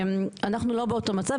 אנחנו לא באותו מצב,